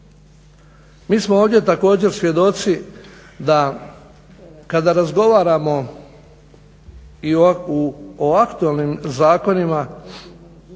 Mi smo ovdje također svjedoci da kada razgovaramo i o aktualnim zakonima,